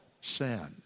sin